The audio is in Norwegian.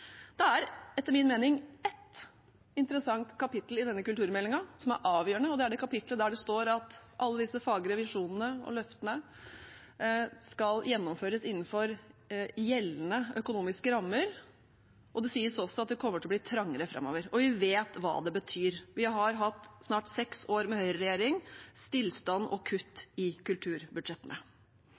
Det er etter min mening ett interessant kapittel i denne kulturmeldingen, som er avgjørende, og det er kapittelet der det står at alle disse fagre visjonene og løftene skal gjennomføres innenfor gjeldende økonomiske rammer. Det sies også at det kommer til å bli trangere framover, og vi vet hva det betyr – vi har snart hatt seks år med høyreregjering: stillstand og kutt i kulturbudsjettene.